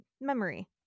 memory